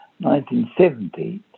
1970